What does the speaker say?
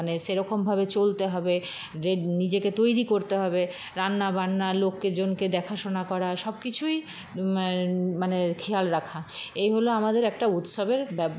মানে সেরকমভাবে চলতে হবে যে নিজেকে তৈরি করতে হবে রান্না বান্না লোককে জনকে দেখাশোনা করা সব কিছুই মানে খেয়াল রাখা এই হল আমাদের একটা উৎসবের ব্যা